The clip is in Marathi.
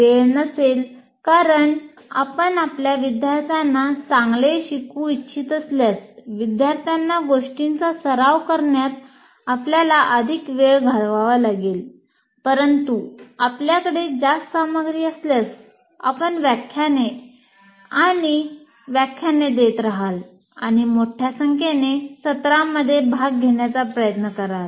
वेळ नसेल कारण आपण आपल्या विद्यार्थ्यांना चांगले शिकू इच्छित असल्यास विद्यार्थ्यांना गोष्टींचा सराव करण्यात आपल्याला अधिक वेळ घालवावा लागेल परंतु आपल्याकडे जास्त सामग्री असल्यास आपण व्याख्याने आणि व्याख्याने देत रहाल आणि मोठ्या संख्येने सत्रामध्ये भाग घेण्याचा प्रयत्न कराल